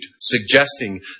suggesting